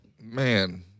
Man